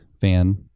fan